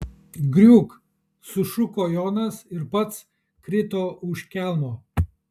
griūk sušuko jonas ir pats krito už kelmo